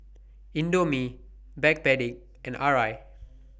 Indomie Backpedic and Arai